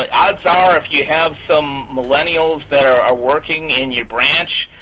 but odds are, if you have some millennials that are are working in your branch,